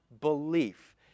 belief